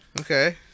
okay